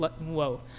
Whoa